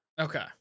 Okay